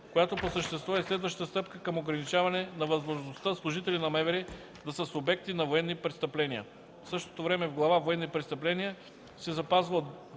която по същество е следваща стъпка към ограничаване на възможността служители на МВР да са субекти на военни престъпления. В същото време в глава „Военни престъпления” се запазва